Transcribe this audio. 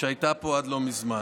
שהייתה פה עד לא מזמן.